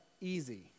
easy